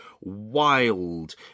wild